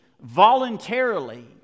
voluntarily